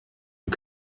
you